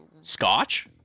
Scotch